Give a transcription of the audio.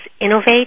Innovate